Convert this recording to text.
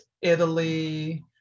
Italy